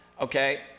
Okay